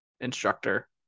instructor